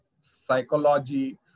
psychology